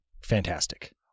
fantastic